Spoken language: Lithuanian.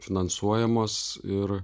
finansuojamos ir